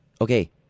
Okay